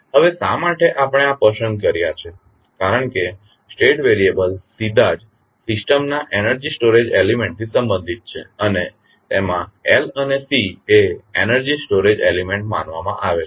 હવે શા માટે આપણે આ પસંદ કર્યા છે કારણ કે સ્ટેટ વેરીએબલ્સ સીધા જ સિસ્ટમના એનર્જી સ્ટોરેજ એલીમેન્ટ થી સંબંધિત છે અને તેમાં L અને C એ એનર્જી સ્ટોરેજ એલીમેન્ટ્સ માનવામાં આવે છે